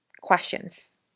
questions